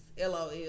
LOL